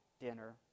dinner